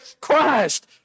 Christ